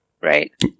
right